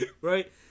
Right